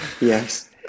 Yes